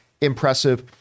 impressive